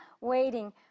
waiting